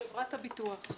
חברת הביטוח.